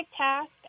task